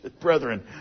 Brethren